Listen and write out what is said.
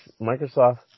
Microsoft